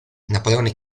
napoleone